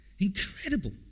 incredible